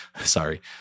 Sorry